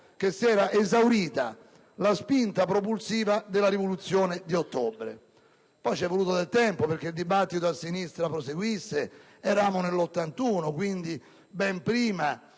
che si era esaurita la spinta propulsiva della Rivoluzione di ottobre. C'è voluto del tempo perché il dibattito a sinistra proseguisse. Eravamo nel 1981, quindi ben prima